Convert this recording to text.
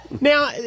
Now